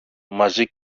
μαζί